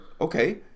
okay